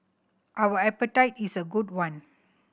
our appetite is a good one